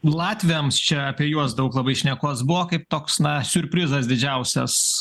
latviams čia apie juos daug labai šnekos buvo kaip toks na siurprizas didžiausias